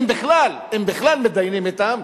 אם בכלל מתדיינים אותם,